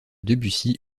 debussy